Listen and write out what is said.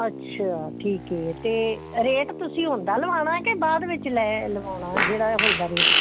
ਅੱਛਾ ਠੀਕ ਹੈ ਅਤੇ ਰੇਟ ਤੁਸੀਂ ਹੁਣ ਦਾ ਲਵਾਉਣਾ ਕਿ ਬਾਅਦ ਵਿੱਚ ਲੈ ਲਵਾਉਣਾ ਜਿਹੜਾ ਹੁਣ ਦਾ ਰੇਟ